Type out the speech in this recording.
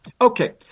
Okay